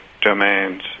domains